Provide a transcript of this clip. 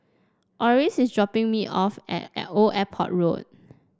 Orris is dropping me off at Old Airport Road